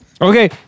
Okay